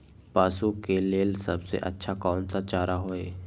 पशु के लेल सबसे अच्छा कौन सा चारा होई?